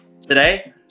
Today